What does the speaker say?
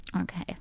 Okay